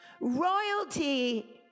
royalty